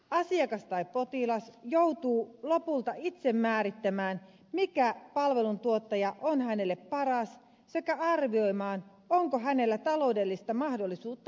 asiakas tai potilas joutuu lopulta itse määrittämään mikä palveluntuottaja on hänelle paras sekä arvioimaan onko hänellä taloudellista mahdollisuutta palveluun